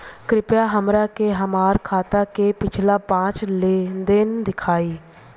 कृपया हमरा के हमार खाता के पिछला पांच लेनदेन देखाईं